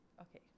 Okay